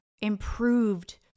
improved